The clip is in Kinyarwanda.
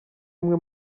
umwe